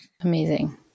Amazing